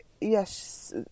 yes